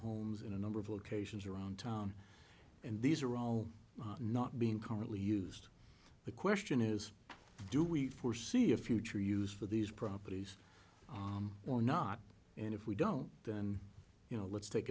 homes in a number of locations around town and these are all not being currently used the question is do we foresee a future use for these properties or not and if we don't then you know let's take